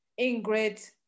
Ingrid